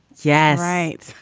yes. right.